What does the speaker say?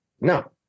No